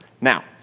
Now